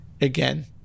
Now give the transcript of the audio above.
again